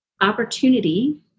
opportunity